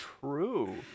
True